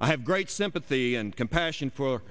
i have great sympathy and compassion for